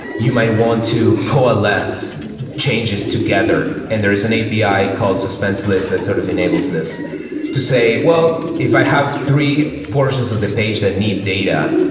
you might want to coalesce changes together, and there is an api called suspense list that sort of enables this to say, well, if i have three portions of the page that need data,